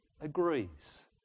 agrees